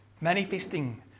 Manifesting